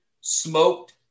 smoked